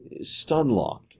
stunlocked